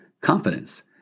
confidence